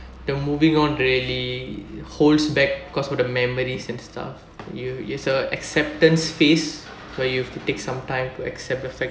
the moving on really holds back cause of the memories and stuff you it's a acceptance phase so you have to take some time to accept the fact